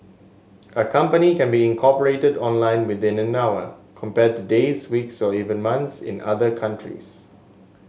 a company can be incorporated online within an hour compared to days weeks or even months in other countries